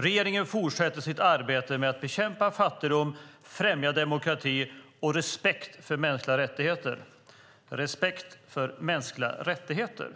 Regeringen fortsätter sitt arbete för att bekämpa fattigdom, främja demokrati och respekt för mänskliga rättigheter.